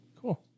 Cool